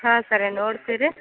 ಹಾಂ ಸರೆ ನೋಡ್ತಿರಿ